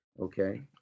Okay